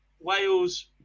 Wales